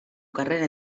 carrera